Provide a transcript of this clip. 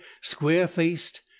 square-faced